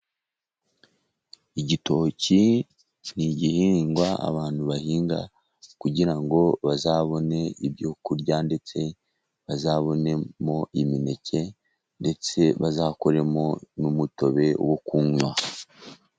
Igitoki ni igihingwa abantu bahinga kugira ngo bazabone ibyo kurya ndetse bazabonemo imineke ndetse bazakoremo n'umutobe wo kunywa.